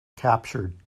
captured